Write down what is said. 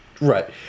Right